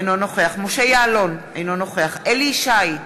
אינו נוכח משה יעלון, אינו נוכח אליהו ישי,